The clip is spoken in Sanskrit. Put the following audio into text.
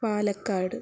पालक्काड्